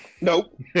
Nope